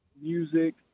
music